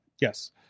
Yes